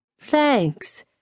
Thanks